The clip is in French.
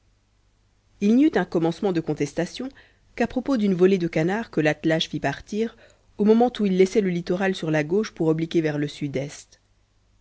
un commencement de contestation qu'à propos d'une volée de canards que l'attelage fit partir au moment où il laissait le littoral sur la gauche pour obliquer vers le sud-est